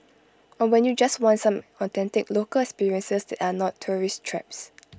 or when you just want some authentic local experiences are not tourist traps